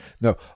No